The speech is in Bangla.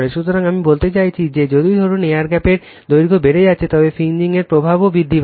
সুতরাং আমি বলতে চাইছি যে যদি ধরুন এই এয়ার গ্যাপের দৈর্ঘ্য বেড়ে যায় তবে ফ্রিজিং এর প্রভাবও বৃদ্ধি পাবে